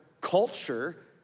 culture